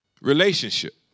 relationship